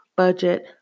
budget